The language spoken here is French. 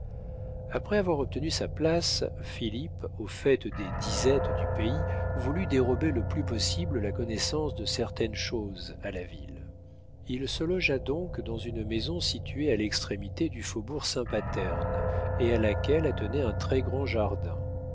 après avoir obtenu sa place philippe au fait des disettes du pays voulut dérober le plus possible la connaissance de certaines choses à la ville il se logea donc dans une maison située à l'extrémité du faubourg saint paterne et à laquelle attenait un très-grand jardin